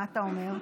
מה אתה אומר?